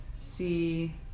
see